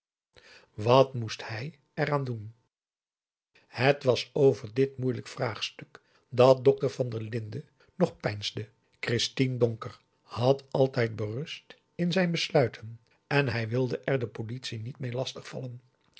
wat moest hij er aan doen het was over dit moeilijk vraagstuk dat dokter van der linden nog peinsde christien donker had altijd berust in zijn besluiten en hij wilde er de politie niet mee lastig vallen